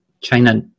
china